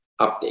update